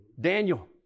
Daniel